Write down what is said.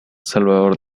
salvador